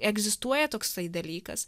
egzistuoja toksai dalykas